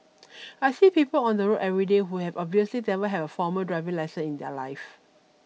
I see people on the road everyday who have obviously never have a formal driving lesson in their life